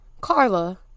carla